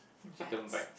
chicken bite